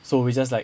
so we just like